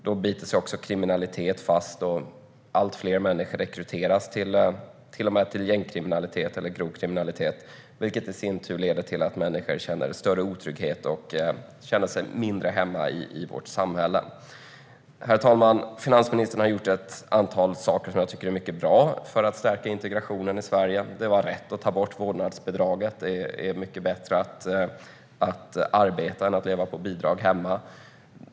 Då biter sig också kriminaliteten fast, och allt fler människor rekryteras till gängkriminalitet eller grov kriminalitet, vilket i sin tur leder till att människor känner en större otrygghet och känner sig mindre hemma i vårt samhälle. Herr talman! Finansministern har gjort ett antal saker som jag tycker är mycket bra för att stärka integrationen i Sverige. Det var rätt att ta bort vårdnadsbidraget; det är mycket bättre att arbeta än att vara hemma och leva på bidrag.